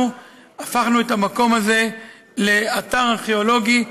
אנחנו הפכנו את המקום הזה לאתר ארכיאולוגי.